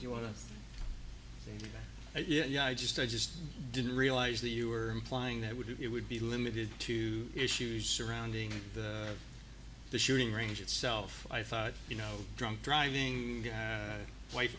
you want to say oh yeah i just i just didn't realize that you are implying that would it would be limited to issues surrounding the shooting range itself i thought you know drunk driving white